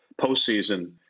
postseason